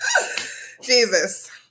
Jesus